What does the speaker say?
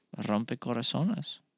Rompecorazones